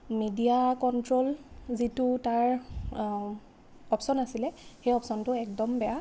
media control যিটো তাৰ option আছিলে সেই অপশ্বনটো একদম বেয়া